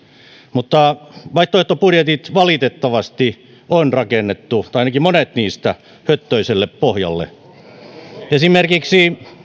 mutta vaihtoehtobudjetit valitettavasti on rakennettu tai ainakin monet niistä höttöiselle pohjalle esimerkiksi